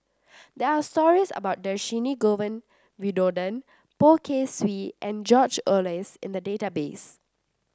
there are stories about Dhershini Govin Winodan Poh Kay Swee and George Oehlers in the database